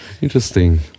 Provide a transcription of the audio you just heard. Interesting